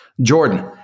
Jordan